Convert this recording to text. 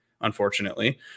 unfortunately